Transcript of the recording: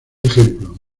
ejemplo